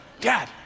Dad